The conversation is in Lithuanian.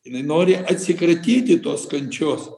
jinai nori atsikratyti tos kančios